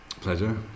Pleasure